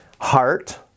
heart